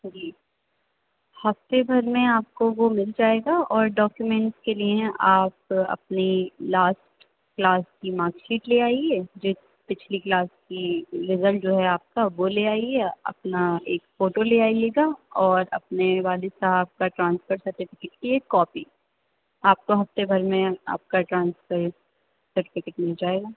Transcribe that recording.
جی ہفتے بھر میں آپ کو وہ مِل جائے گا اور ڈاکومینٹ کے لیے آپ اپنی لاسٹ کلاس کی مارک شیٹ لے آئیے جو پچھلی کلاس کی رزلٹ جو ہے آپ کا وہ لے آئیے اپنا ایک فوٹو لے آئیے گا اور اپنے والد صاحب کا ٹرانسفر سرٹیفکیٹ کی ایک کاپی آپ کو ہفتے بھر میں آپ کا ٹرانسفر سرٹیفکیٹ مِل جائے گا